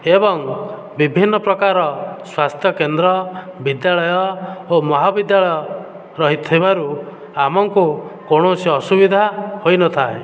ଏବଂ ବିଭିନ୍ନ ପ୍ରକାର ସ୍ୱାସ୍ଥ୍ୟ କେନ୍ଦ୍ର ବିଦ୍ୟାଳୟ ଓ ମହାବିଦ୍ୟାଳୟ ରହିଥିବାରୁ ଆମକୁ କୌଣସି ଅସୁବିଧା ହୋଇନଥାଏ